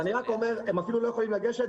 הם אפילו לא יכולים לגשת.